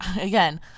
again